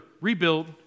rebuild